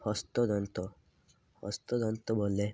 ହସ୍ତତନ୍ତ ହସ୍ତତନ୍ତ ବଲେ